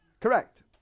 correct